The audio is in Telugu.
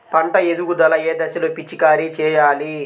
పంట ఎదుగుదల ఏ దశలో పిచికారీ చేయాలి?